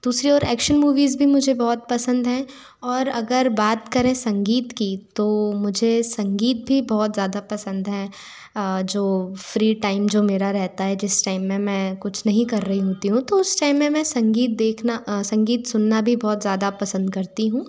दूसरी ओर action movies भी मुझे बहुत पसंद हैं और अगर बात करें संगीत की तो मुझे संगीत भी बहुत ज़्यादा पसंद है जो फ्री टाइम जो मेरा रहता है जिस टाइम में मैं कुछ नहीं कर रही होती हूँ तो उस टाइम में मैं संगीत देखना संगीत सुनना भी बहुत ज़्यादा पसंद करती हूँ